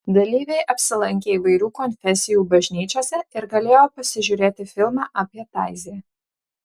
dalyviai apsilankė įvairių konfesijų bažnyčiose ir galėjo pasižiūrėti filmą apie taizė